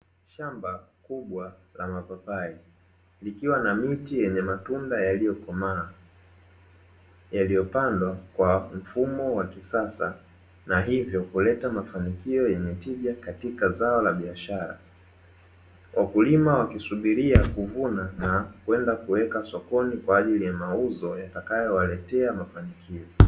Shamba kubwa la mapapai likiwa na miti yenye matunda yaliyokomaa, yaliyopandwa kwa mfumo wa kisasa na hivyo kuleta mafanikio yenye tija katika zao la biashara. Wakulima wakisubiria kuvuna na kwenda kuweka sokoni kwa ajili ya mauzo yatakayo waletea mafanikio.